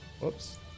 Whoops